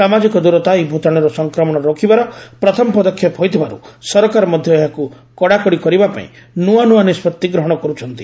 ସାମାଜିକ ଦୂରତା ଏହି ଭ୍ତାଶୁର ସଂକ୍ରମଣ ରୋକିବାର ପ୍ରଥମ ପଦକ୍ଷେପ ହୋଇଥିବାରୁ ସରକାର ମଧ୍ଧ ଏହାକୁ କଡ଼ାକଡ଼ି କରିବାପାଇଁ ନୂଆ ନୂଆ ନିଷ୍ବତ୍ତି ଗ୍ରହଣ କରୁଛନ୍ତି